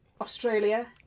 australia